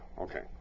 Okay